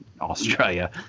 australia